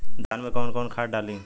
धान में कौन कौनखाद डाली?